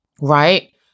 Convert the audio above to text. right